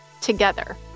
together